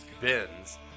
bins